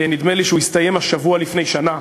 ונדמה לי שהוא הסתיים השבוע לפני שנה,